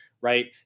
right